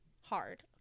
hard